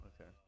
okay